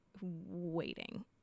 waiting